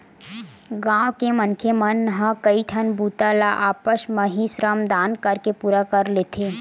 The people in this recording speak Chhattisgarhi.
गाँव के मनखे मन ह कइठन बूता ल आपस म ही श्रम दान करके पूरा कर लेथे